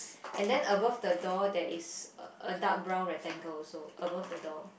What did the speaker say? and then above the door there is a a dark brown rectangle also above the door